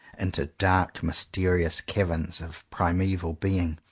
into dark mysterious caverns of primeval being,